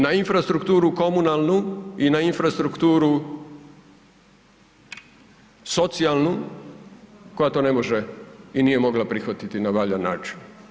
Na infrastrukturu komunalnu i na infrastrukturu socijalnu koja to ne može i nije mogla prihvatiti na valjan način.